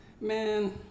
Man